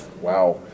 wow